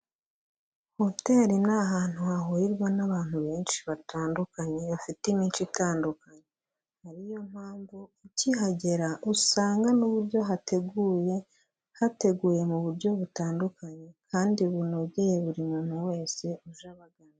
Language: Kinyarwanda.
Hoteli ni ahantu hahurirwa n'abantu benshi batandukanye bafite imico itandukanye. Ari yo mpamvu ukihagera usanga n'uburyo hateguye, hateguye mu buryo butandukanye kandi bunogeye buri muntu wese uje abagana.